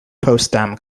potsdam